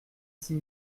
six